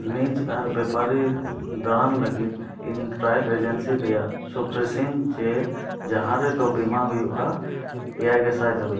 ᱱᱤᱡᱽ ᱟᱨ ᱵᱮᱯᱟᱨᱤ ᱫᱟᱬᱟᱱ ᱞᱟᱹᱜᱤᱫ ᱤᱧ ᱴᱨᱟᱭᱮᱞ ᱮᱡᱮᱱᱥᱤ ᱨᱮᱭᱟᱜ ᱥᱩᱯᱨᱮᱥᱤᱝ ᱡᱮ ᱡᱟᱦᱟᱸ ᱨᱮᱫᱚ ᱵᱤᱢᱟ ᱦᱩᱭᱩᱜᱼᱟ ᱮᱭᱟᱭ ᱜᱮᱥᱟᱭ ᱫᱷᱟᱹᱵᱤᱡ